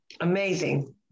Amazing